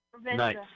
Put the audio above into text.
Nice